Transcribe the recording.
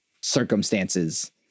circumstances